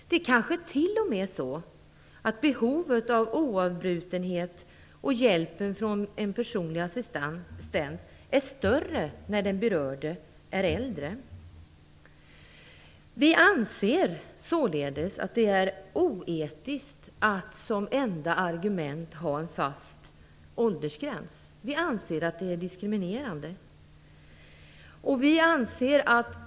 Det kanske t.o.m. är så att behovet av oavbrutenhet och hjälpen från en personlig assistent är större när den berörde är äldre. Vi anser således att det är oetiskt att som enda argument ha en fast åldersgräns. Vi anser att det är diskriminerande.